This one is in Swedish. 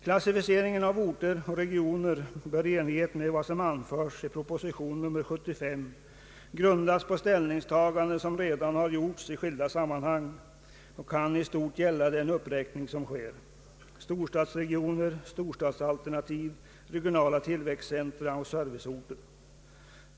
Klassificeringen av orter och regioner bör i enlighet med vad som anförs i proposition nr 75 grundas på ställningstaganden som redan har gjorts i skilda sammanhang och kan i stort gälla den uppräkning som sker: storstadsregioner, storstadsalternativ, regionala tillväxtcentra och serviceorter.